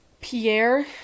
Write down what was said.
Pierre